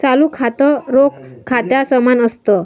चालू खातं, रोख खात्या समान असत